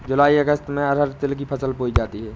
जूलाई अगस्त में अरहर तिल की फसल बोई जाती हैं